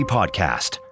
Podcast